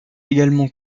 également